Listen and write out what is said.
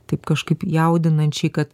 taip kažkaip jaudinančiai kad